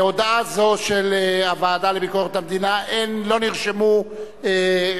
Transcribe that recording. להודעה זו של הוועדה לביקורת המדינה לא נרשמו חברים,